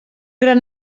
gran